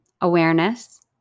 Awareness